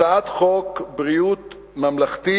הצעת חוק ביטוח בריאות ממלכתי,